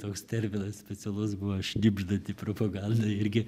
toks terminas specialus buvo šnibždanti propaganda irgi